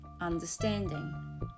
understanding